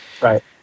Right